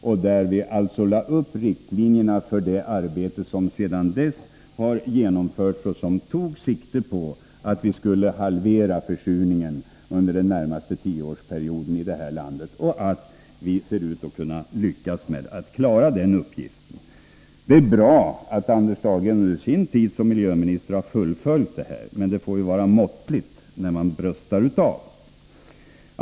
I denna proposition lade vi upp riktlinjerna för det arbete som sedan har genomförts och som tog sikte på att vi skulle halvera försurningen under den närmaste tioårsperioden i det här landet. Det ser ut som om vi skall lyckas med den uppgiften. Det är bra att Anders Dahlgren under sin tid som miljöminister har fullföljt detta arbete, men det får vara någon måtta på de brösttoner man tar till.